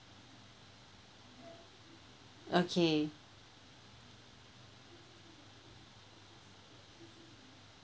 okay